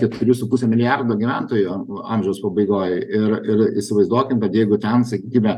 keturi su puse milijardo gyventojų amžiaus pabaigoj ir ir įsivaizduokim kad jeigu ten sakykime